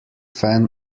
fan